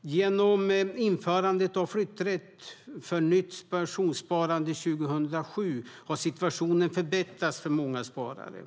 Genom införandet av flytträtt för nytt pensionssparande 2007 har situationen förbättrats för många sparare.